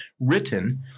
written